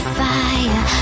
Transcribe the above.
fire